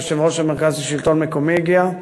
יושב-ראש מרכז השלטון המקומי הגיע,